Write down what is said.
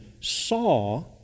saw